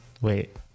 wait